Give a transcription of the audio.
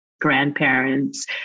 grandparents